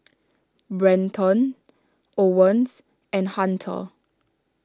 Brenton Owens and Hunter